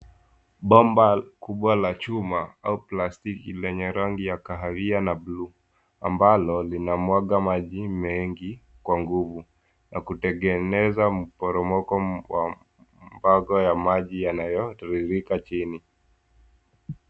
Bomba kubwa la chuma au plastiki enye rangi ya kahawia na buluu ambalo linamwaga maji mengi kwa nguvu na kutengeneza mporomoko wa bango ya maji yanayotiririka chini.